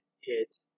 hit